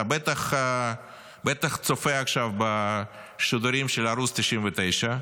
אתה בטח צופה עכשיו בשידורים של ערוץ 99,